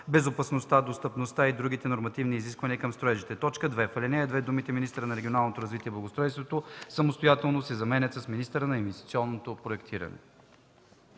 безопасността, достъпността и другите нормативни изисквания към строежите.” 2. В ал. 2 думите „Министърът на регионалното развитие и благоустройството самостоятелно” се заменят с „Министърът на инвестиционното проектиране”.”